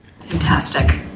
Fantastic